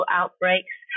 outbreaks